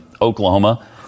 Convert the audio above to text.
Oklahoma